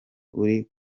uri